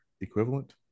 equivalent